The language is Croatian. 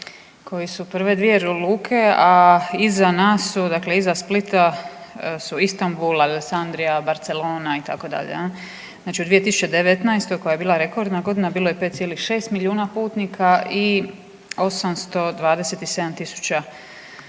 koji su prve dvije luke, a iza nas su dakle iza Splita su Istambul, Aleksandrija, Barcelona itd. znači u 2019. koja je bila rekordna godina bilo je 5,6 milijuna putnika i 827.000